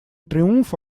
триумф